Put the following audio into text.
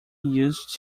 used